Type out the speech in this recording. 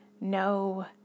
no